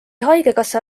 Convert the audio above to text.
haigekassa